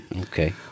Okay